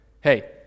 Hey